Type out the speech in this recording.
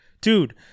dude